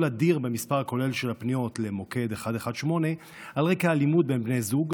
אדיר במספר הכולל של פניות למוקד 118 על רקע אלימות בין בני זוג,